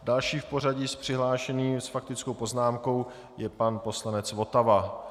Další v pořadí z přihlášených s faktickou poznámkou je pan poslanec Votava.